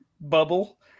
bubble